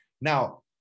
Now